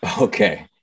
Okay